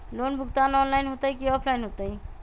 Loan भुगतान online होतई कि ऑफलाइन होतई?